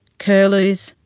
curlews,